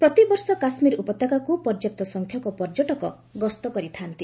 ପ୍ରତିବର୍ଷ କାଶ୍ମୀର ଉପତ୍ୟକାକୁ ପର୍ଯ୍ୟାପ୍ତ ସଂଖ୍ୟକ ପର୍ଯ୍ୟଟକ ଗସ୍ତ କରିଥାଆନ୍ତି